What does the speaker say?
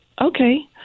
Okay